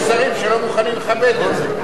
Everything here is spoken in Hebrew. יש שרים שלא מוכנים לכבד את זה.